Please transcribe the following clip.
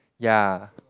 ya